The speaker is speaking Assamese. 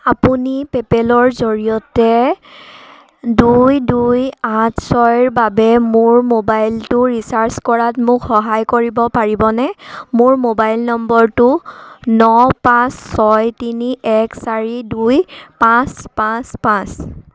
আপুনি পেপে'লৰ জৰিয়তে দুই দুই আঠ ছয়ৰ বাবে মোৰ মোবাইলটো ৰিচাৰ্জ কৰাত মোক সহায় কৰিব পাৰিবনে মোৰ মোবাইল নম্বৰটো ন পাঁচ ছয় তিনি এক চাৰি দুই পাঁচ পাঁচ পাঁচ